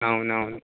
అవునవును